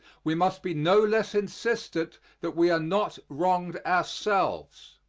we must be no less insistent that we are not wronged ourselves.